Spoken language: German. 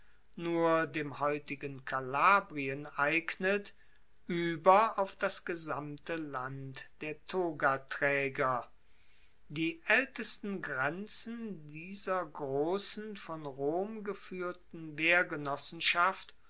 nur dem heutigen kalabrien eignet ueber auf das gesamte land der togatraeger die aeltesten grenzen dieser grossen von rom gefuehrten